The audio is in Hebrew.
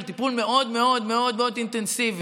טיפול מאוד מאוד מאוד אינטנסיבי.